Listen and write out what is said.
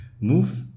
move